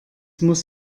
muss